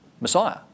Messiah